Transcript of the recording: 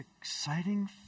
exciting